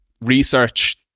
research